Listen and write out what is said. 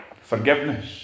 forgiveness